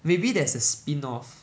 maybe there's a spin off